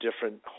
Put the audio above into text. different